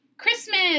Christmas